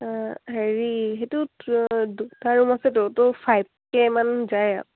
হেৰি সেইটোত দুটা ৰুম আছেতো ত' ফাইভ কে মান যায় আৰু